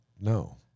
no